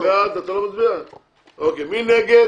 מי נגד?